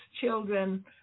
children